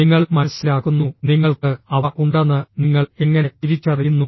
നിങ്ങൾ മനസ്സിലാക്കുന്നു നിങ്ങൾക്ക് അവ ഉണ്ടെന്ന് നിങ്ങൾ എങ്ങനെ തിരിച്ചറിയുന്നു